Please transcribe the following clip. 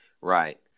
Right